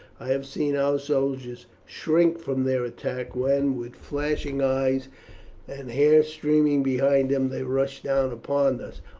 i have seen our soldiers shrink from their attack, when, with flashing eyes and hair streaming behind them, they rush down upon us,